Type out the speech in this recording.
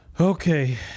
Okay